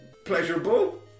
Pleasurable